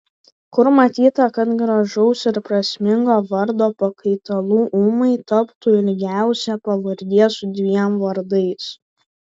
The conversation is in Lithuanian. kur matyta kad gražaus ir prasmingo vardo pakaitalu ūmai taptų ilgiausia pavardė su dviem vardais